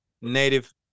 Native